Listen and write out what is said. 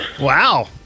wow